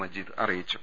മജീദ് അറിയിച്ചു